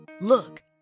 Look